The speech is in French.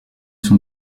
son